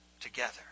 Together